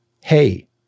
Hey